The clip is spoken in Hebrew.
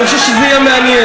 אני חושב שזה יהיה מעניין.